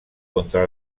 contra